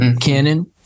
Canon